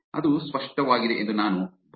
ಅದು ಸ್ಪಷ್ಟವಾಗಿದೆ ಎಂದು ನಾನು ಭಾವಿಸುತ್ತೇನೆ